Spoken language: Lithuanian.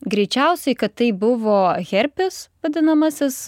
greičiausiai kad tai buvo herpes vadinamasis